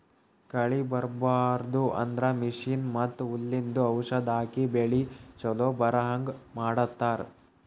ಕಳಿ ಬರ್ಬಾಡದು ಅಂದ್ರ ಮಷೀನ್ ಮತ್ತ್ ಹುಲ್ಲಿಂದು ಔಷಧ್ ಹಾಕಿ ಬೆಳಿ ಚೊಲೋ ಬರಹಂಗ್ ಮಾಡತ್ತರ್